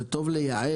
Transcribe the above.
זה טוב לייעל,